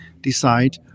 decide